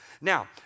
Now